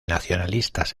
nacionalistas